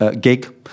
gig